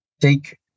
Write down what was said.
take